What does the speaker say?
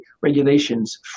regulations